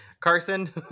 carson